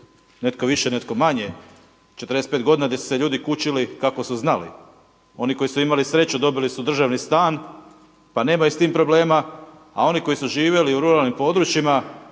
netko više netko manje 45 godina gdje su se ljudi kučili kako su znali. Oni koji su imali sreću dobili su državni stan pa nemaju s tim problema, a oni koji su živjeli u ruralnim područjima